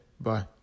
Bye